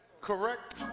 Correct